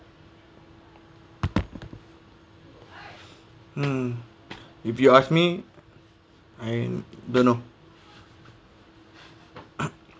mm if you ask me I don't know